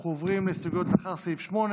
אנחנו עוברים להסתייגות לאחר סעיף 8,